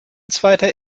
zweiter